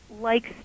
likes